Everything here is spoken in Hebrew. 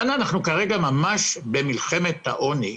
כאן אנחנו כרגע ממש במלחמת העוני.